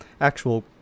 actual